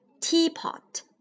Teapot